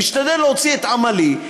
משתדל להוציא את עמלי,